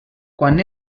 quan